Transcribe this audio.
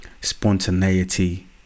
spontaneity